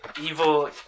evil